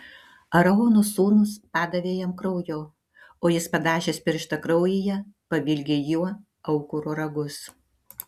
aarono sūnūs padavė jam kraujo o jis padažęs pirštą kraujyje pavilgė juo aukuro ragus